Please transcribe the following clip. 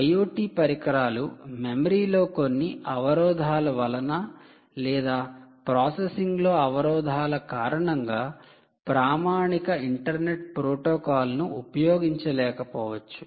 IoT పరికరాలు మెమరీలో కొన్ని అవరోధాల వలన లేదా ప్రాసెసింగ్ లో అవరోధాల కారణంగా ప్రామాణిక ఇంటర్నెట్ ప్రోటోకాల్ ను ఉపయోగించలేకపోవచ్చు